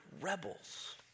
rebels